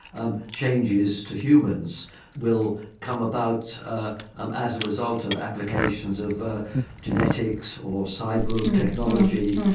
um, changes to humans will come about ah um as a result of applications of genetics or cyborg technology,